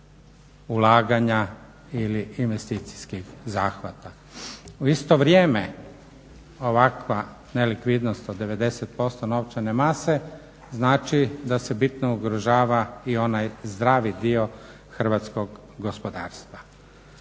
ulaganja ili investicijskih zahvata. U isto vrijeme ovakva nelikvidnost od 90% novčane mase znači da se bitno ugrožava i onaj zdravi dio hrvatskog gospodarstva.